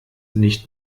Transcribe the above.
nicht